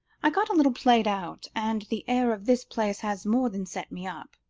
i got a little played out, and the air of this place has more than set me up.